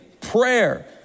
prayer